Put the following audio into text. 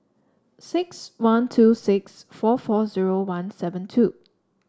six one two six four four zero one seven two